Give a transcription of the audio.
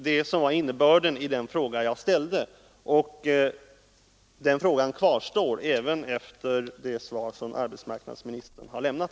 Det var innebörden i den fråga som jag ställde, och den frågan kvarstår även efter det svar som arbetsmarknadsministern har lämnat.